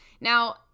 now